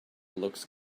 looks